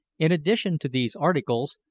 in addition to these articles,